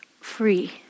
free